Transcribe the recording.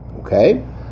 Okay